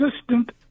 assistant